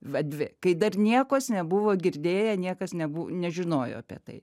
va dvi kai dar niekas nebuvo girdėję niekas nebu nežinojo apie tai